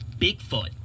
Bigfoot